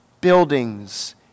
Buildings